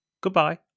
Goodbye